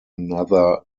another